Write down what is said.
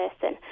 person